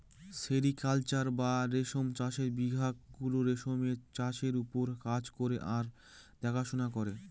sericulture বা রেশম চাষের বিভাগ গুলো রেশমের চাষের ওপর কাজ করে আর দেখাশোনা করে